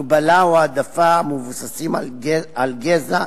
הגבלה או העדפה המבוססות על גזע,